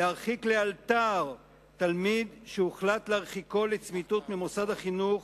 להרחיק לאלתר תלמיד שהוחלט להרחיקו לצמיתות ממוסד החינוך,